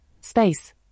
space